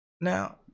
now